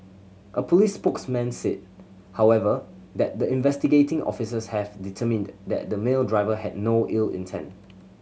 a police spokesman said however that the investigating officers have determined that the male driver had no ill intent